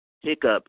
hiccup